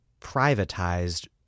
privatized